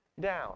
down